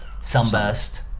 sunburst